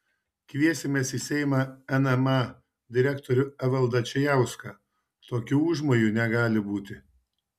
kviesimės į seimą nma direktorių evaldą čijauską tokių užmojų negali būti